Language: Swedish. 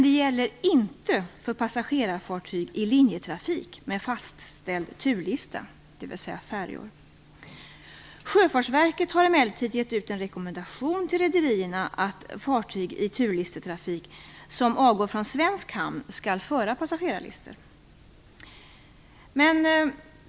Det gäller dock inte för passagerarfartyg i linjetrafik med fastställd turlista, dvs. färjor. Sjöfartsverket har emellertid gett ut en rekommendation till rederierna att fartyg i turlistetrafik som avgår från svensk hamn skall föra passagerarlistor.